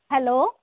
hello